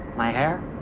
my hair?